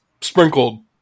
sprinkled